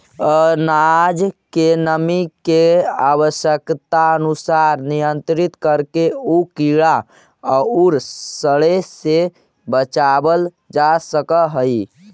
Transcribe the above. अनाज के नमी के आवश्यकतानुसार नियन्त्रित करके उ कीड़ा औउर सड़े से बचावल जा सकऽ हई